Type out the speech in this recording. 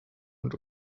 und